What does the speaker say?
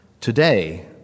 Today